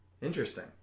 Interesting